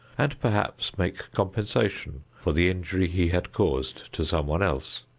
and perhaps make compensation for the injury he had caused to someone else.